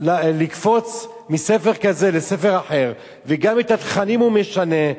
לקפוץ מספר כזה לספר אחר, וגם את התכנים הוא משנה,